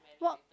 what